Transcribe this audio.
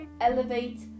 elevate